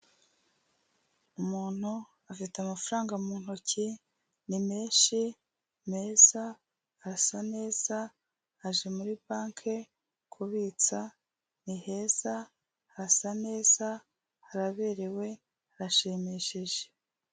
Umuntu afite amafaranga mu ntoki ni menshi meza, arasa neza, aje muri banki kubitsa, ni heza, hasa neza, araberewe, harashimishije.